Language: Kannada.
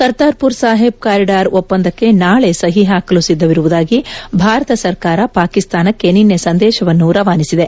ಕರ್ತಾರ್ಪುರ್ ಸಾಹೆಬ್ ಕಾರಿಡಾರ್ ಒಪ್ಪಂದಕ್ಕೆ ನಾಳೆ ಸಹಿ ಹಾಕಲು ಸಿದ್ದವಿರುವುದಾಗಿ ಭಾರತ ಸರ್ಕಾರ ಪಾಕಿಸ್ತಾನಕ್ಕೆ ನಿನ್ನೆ ಸಂದೇಶವನ್ನು ರವಾನಿಸಿದೆ